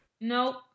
Nope